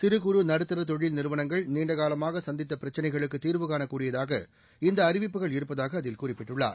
சிறு குறு நடுத்தர தொழில் நிறுவனங்கள் நீண்டகாலமாக சந்தித்த பிரச்சினைகளுக்கு தீர்வு காண கூடியதாக இந்த அறிவிப்புகள் இருப்பதாக அதில் குறிப்பிட்டுள்ளார்